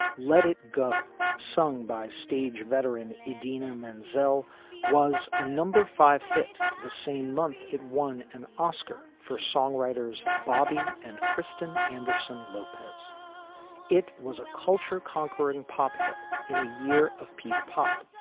let it go sung by stage veteran idina menzel was a number five hit the same month it won an oscar for songwriters bobby and kristen anderson lopez it was a culture conquering pop hit in a year of peak pop,